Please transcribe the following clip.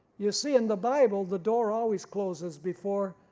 you see in the bible the door always closes before